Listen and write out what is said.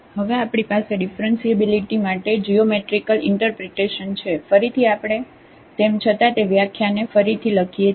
તેથી હવે આપણી પાસે ડિફરન્સીએબીલીટી માટે જીયોમેટ્રિકલ ઇન્ટરપ્રિટેશન છે ફરીથી આપણે તેમ છતા તે વ્યાખ્યાને ફરીથી લખીએ છીએ